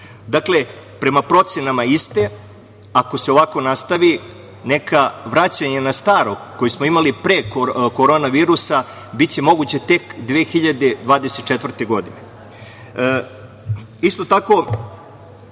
Dakle, prema procenama iste, ako se ovako nastavi, neka vraćanja na staro, koje smo imali pre korona virusa, biće moguće tek 2024. godine. Isto tako,